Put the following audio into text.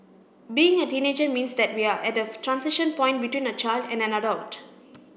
being a teenager means that we're at a transition point between a child and an adult